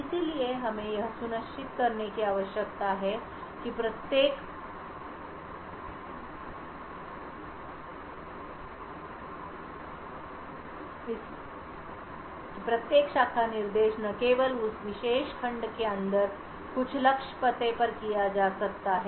इसलिए हमें यह सुनिश्चित करने की आवश्यकता है कि प्रत्येक शाखा निर्देश न केवल उस विशेष खंड के अंदर कुछ लक्ष्य पते पर किया जा सकता है